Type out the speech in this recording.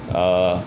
err